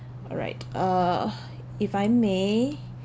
alright uh if I may